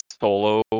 solo